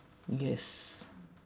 yes